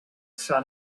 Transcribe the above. sun